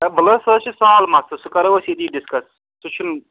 ہے ولہٕ حظ سُہ حظ چھُ سہل مسلہٕ سُہ کَرو أسۍ ییٚتی ڈِسکَس سُہ چھُنہٕ